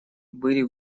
были